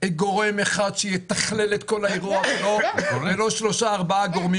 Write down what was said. גורם אחד שיתכלל את כל האירוע ולא שלושה או ארבעה גורמים